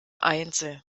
einzel